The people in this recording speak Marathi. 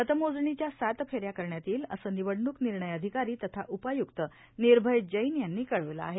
मतमोजणीच्या सात फेऱ्या करण्यात येईल असे निवडणूक निर्णय अधिकारी तथा उपाय्क्त निर्भय जैन यांनी कळविले आहे